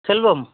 செல்வம்